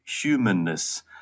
humanness